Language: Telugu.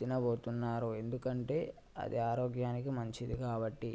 తిన్నబోతున్నారు ఎందుకంటే అది ఆరోగ్యానికి మంచిది కాబట్టి